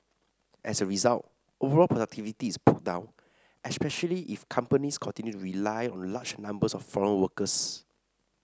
as a result overall productivity is pulled down especially if companies continue to rely on large numbers of foreign workers